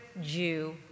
Jew